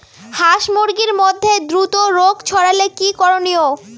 হাস মুরগির মধ্যে দ্রুত রোগ ছড়ালে কি করণীয়?